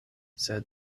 sed